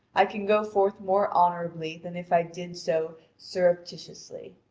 i can go forth more honourably than if i did so surreptitiously.